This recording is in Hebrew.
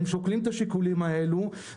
הם שוקלים את השיקולים האלו.